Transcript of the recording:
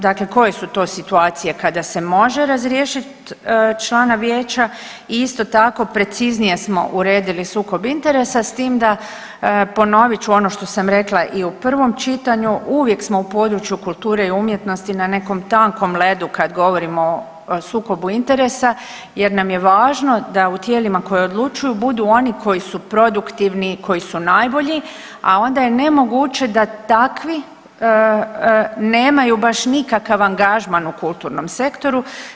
Dakle, koje su to situacije kada se može razriješiti člana vijeća i isto tako preciznije smo uredili sukob interesa s tim da ponovit ću ono što sam rekla i u prvom čitanju uvijek smo u području kulture i umjetnosti na nekom takom ledu kad govorimo o sukobu interesa jer nam je važno da u tijelima koji odlučuju budu oni koji su produktivni i koji su najbolji, a onda je nemoguće da takvi nemaju baš nikakav angažman u kulturnom sektoru.